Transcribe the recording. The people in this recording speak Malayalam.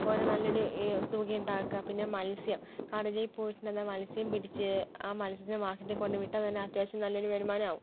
ഓരോ നല്ലൊരു ഏ തുക ഉണ്ടാക്കുക പിന്നെ മത്സ്യം കടലിൽ പോയിട്ട് എന്താ മത്സ്യം പിടിച്ച് ആ മത്സ്യത്തെ മാർക്കറ്റിൽ കൊണ്ട് വിറ്റാൽ തന്നെ അത്യാവശ്യം നല്ലൊരു വരുമാനാവും